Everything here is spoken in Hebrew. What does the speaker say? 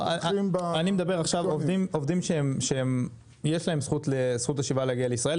אני מדבר על עובדים שיש להם זכות השיבה להגיע לישראל,